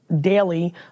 daily